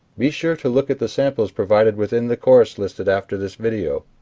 be sure to look at the samples provided within the course listed after this video.